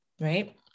Right